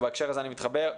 ובהקשר הזה אני מתחבר,